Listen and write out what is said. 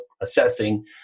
assessing